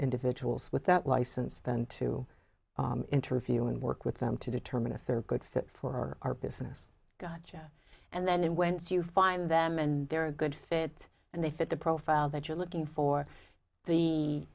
individuals with that license then to interview and work with them to determine if they're good fit for our business gotcha and then when you find the and they're a good fit and they fit the profile that you're looking for the